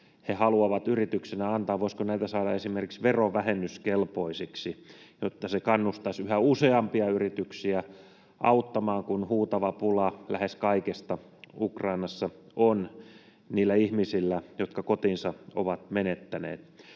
he haluavat yrityksenä antaa, saada esimerkiksi verovähennyskelpoisiksi, jotta se kannustaisi yhä useampia yrityksiä auttamaan, kun huutava pula lähes kaikesta Ukrainassa on niillä ihmisillä, jotka kotinsa ovat menettäneet.